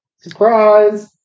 surprise